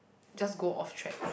just go off track